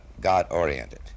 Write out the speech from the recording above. God-oriented